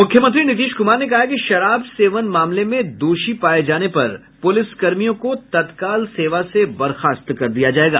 मुख्यमंत्री नीतीश कुमार ने कहा है कि शराब सेवन मामले में दोषी पाये जाने पर पुलिसकर्मियों को तत्काल सेवा से बर्खास्त कर दिया जायेगा